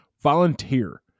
Volunteer